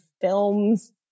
films